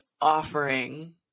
offering